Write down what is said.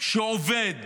שעובד